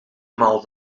maal